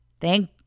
Thank